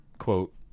Quote